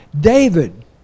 David